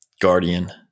guardian